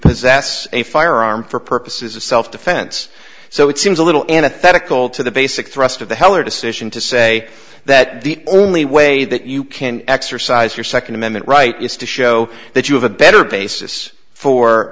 possess a firearm for purposes of self defense so it seems a little antithetical to the basic thrust of the heller decision to say that the only way that you can exercise your second amendment right is to show that you have a better basis for